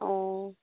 অঁ